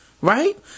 Right